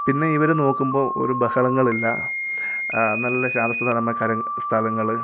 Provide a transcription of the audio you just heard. പിന്നെ ഇവർ നോക്കുമ്പോൾ ഒരു ബഹളങ്ങളില്ല നല്ല ശാന്തസുന്ദരമായ കര സ്ഥലങ്ങൾ